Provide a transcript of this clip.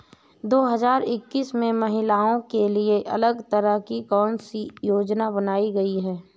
दो हजार इक्कीस में महिलाओं के लिए अलग तरह की कौन सी योजना बनाई गई है?